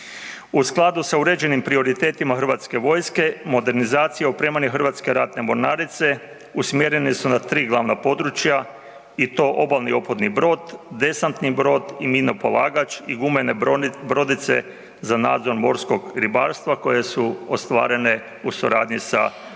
U skladu sa uređenim prioritetima HV-a, modernizacija opremanja Hrvatske ratne mornarice usmjerena su na 3 glavna područja i to obalni otporni brod, desantni brod i minopolagač i gumene brodice za nadzor morskog ribarstva koje su ostvarene u suradnji sa drugim